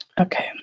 Okay